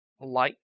light